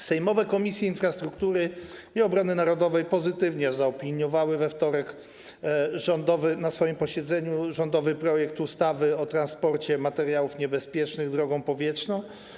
Sejmowe Komisje Infrastruktury i Obrony Narodowej pozytywnie zaopiniowały we wtorek na swoim posiedzeniu rządowy projekt ustawy o transporcie materiałów niebezpiecznych drogą powietrzną.